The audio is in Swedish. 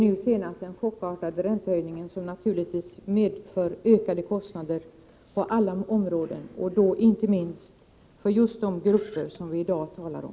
Den senaste chockartade räntehöjningen medför naturligtvis också ökade kostnader på alla områden, och då inte minst för de grupper som vi i dag talar om.